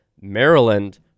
Maryland